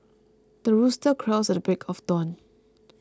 the rooster crows at the break of dawn